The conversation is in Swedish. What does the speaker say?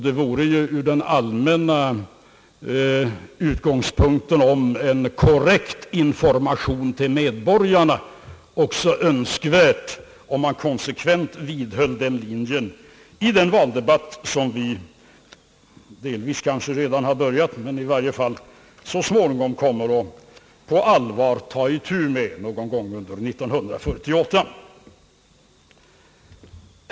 Med tanke på kravet på en korrekt information till medborgarna vore det också önskvärt, att man konsekvent vidhöll den linjen i den valdebatt som vi kanske delvis redan har börjat eller i varje fall kommer att ta itu med på allvar någon gång 1968.